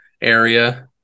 area